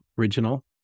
original